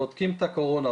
בודקים את הקורונה,